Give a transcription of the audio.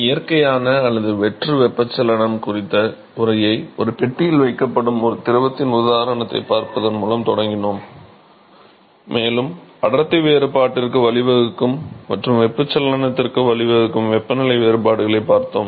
இயற்கையான அல்லது வெற்று வெப்பச்சலனம் குறித்த உரையை ஒரு பெட்டியில் வைக்கப்படும் ஒரு திரவத்தின் உதாரணத்தைப் பார்ப்பதன் மூலம் தொடங்கினோம் மேலும் அடர்த்தி வேறுபாட்டிற்கு வழிவகுக்கும் மற்றும் வெப்பச்சலனத்திற்கு வழிவகுக்கும் வெப்பநிலை வேறுபாடுகளைப் பார்த்தோம்